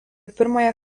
pirmąją